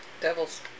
Devils